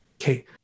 okay